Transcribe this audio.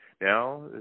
Now